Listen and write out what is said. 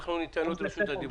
אנחנו ניתן לנציג את רשות הדיבור.